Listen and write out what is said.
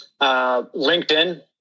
LinkedIn